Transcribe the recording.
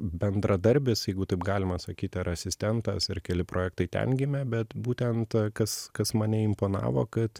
bendradarbis jeigu taip galima sakyti ar asistentas ir keli projektai ten gimė bet būtent kas kas mane imponavo kad